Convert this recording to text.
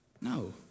No